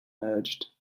urged